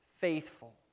faithful